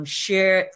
share